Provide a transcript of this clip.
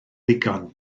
ddigon